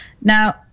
Now